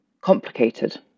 complicated